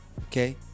okay